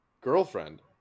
girlfriend